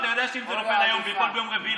אתה יודע שאם זה נופל היום וייפול ביום רביעי,